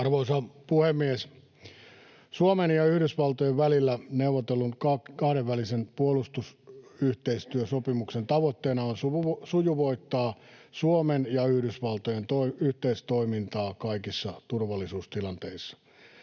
Arvoisa puhemies! Suomen ja Yhdysvaltojen välillä neuvotellun kahdenvälisen puolustusyhteistyösopimuksen tavoitteena on sujuvoittaa Suomen ja Yhdysvaltojen yhteistoimintaa kaikissa turvallisuustilanteissa.